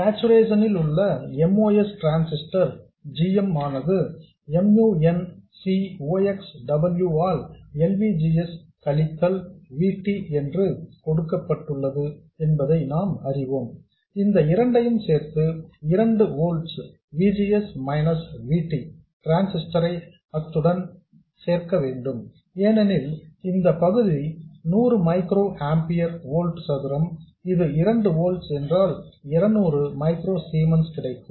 இப்போது சார்ச்சுரேசன் இல் உள்ள MOS டிரான்சிஸ்டர் gm ஆனது mu n C ox W ஆல் L V G S கழித்தல் V T என்று கொடுக்கப்பட்டுள்ளது என்பதை நாம் அறிவோம் இந்த இரண்டையும் சேர்த்து 2 volts V G S minus V T டிரான்சிஸ்டர்ரை அதனுடன் சேர்க்க வேண்டும் ஏனெனில் இந்தப் பகுதி 100 மைக்ரோ ஆம்பியர் வோல்ட் சதுரம் இது 2 ஓல்ட்ஸ் என்றால் 200 மைக்ரோ சீமன்ஸ் கிடைக்கும்